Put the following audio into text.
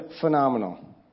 phenomenal